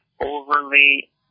overly